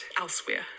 elsewhere